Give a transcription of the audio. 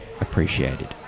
appreciated